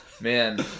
man